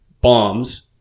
bombs